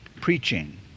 preaching